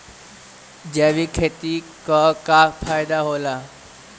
जैविक खेती क का फायदा होला?